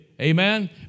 Amen